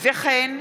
וכן,